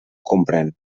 comprén